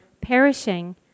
perishing